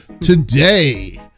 today